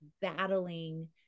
battling